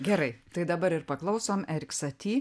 gerai tai dabar ir paklausom erik saty